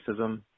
racism